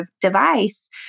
device